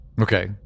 Okay